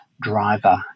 driver